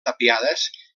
tapiades